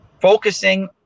Focusing